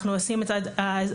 אנחנו עושים את העבודה.